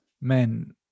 men